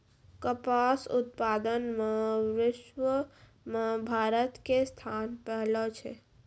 कपास उत्पादन मॅ विश्व मॅ भारत के स्थान पहलो छै